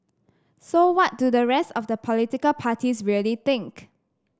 so what do the rest of the political parties really think